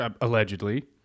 allegedly